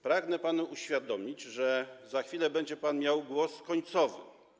Pragnę panu uświadomić, że za chwilę będzie pan miał głos końcowy.